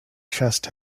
chest